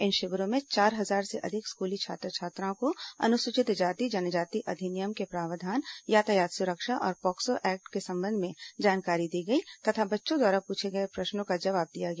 इन शिविरों में चार हजार से अधिक स्कूली छात्र छात्राओं को अनुसूचित जाति जनजाति अधिनियम के प्रावधान यातायात सुरक्षा और पाक्सो एक्ट के संबंध में जानकारी दी गई तथा बच्चों द्वारा पूछे गए प्रश्नों का जवाब दिया गया